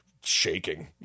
shaking